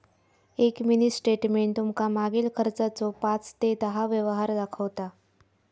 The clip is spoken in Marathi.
एक मिनी स्टेटमेंट तुमका मागील खर्चाचो पाच ते दहा व्यवहार दाखवता